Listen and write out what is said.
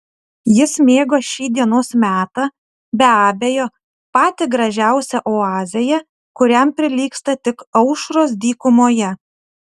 jis mėgo šį dienos metą be abejo patį gražiausią oazėje kuriam prilygsta tik aušros dykumoje